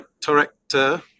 director